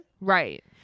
Right